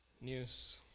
news